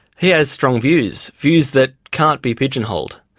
he has strong views, views that can't be pigeonholed.